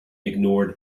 ignored